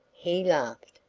he laughed.